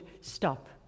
stop